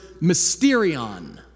mysterion